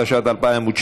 התשע"ט 2018,